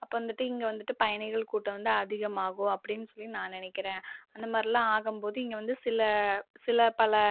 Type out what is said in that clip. அப்போ வந்துட்டு இங்கே வந்துட்டு பயணிகள் கூட்டம் வந்து அதிகமாகும் அப்படின் சொல்லி நான் நினக்கிறேன் அந்தமாதிரிலான் ஆகும்போது இங்கே வந்து சில சில பல